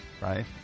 Right